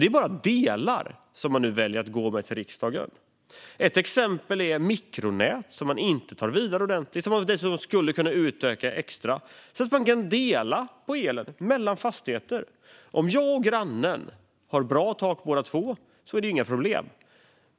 Det är bara delar som man nu väljer att gå med till riksdagen. Ett exempel är mikronät, som man inte tar vidare ordentligt, och som man dessutom skulle kunna utöka ytterligare så att det går att dela på elen mellan fastigheter. Om jag och grannen har bra tak båda två är det ju inga problem.